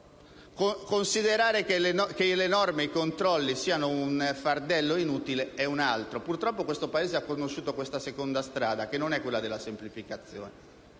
considerare le norme e i controlli come un fardello inutile è un altro. Purtroppo questo Paese ha conosciuto questa seconda strada, che non è quella della semplificazione,